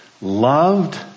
Loved